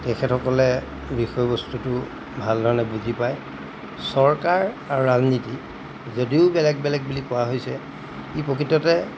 তেখেতসকলে বিষয়বস্তুটো ভালধৰণে বুজি পায় চৰকাৰ আৰু ৰাজনীতি যদিও বেলেগ বেলেগ বুলি কোৱা হৈছে ই প্ৰকৃততে